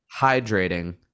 hydrating